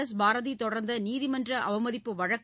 எஸ்பாரதி தொடர்ந்த நீதிமன்ற அவமதிப்பு வழக்கு